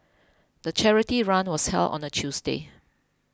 the charity run was held on a Tuesday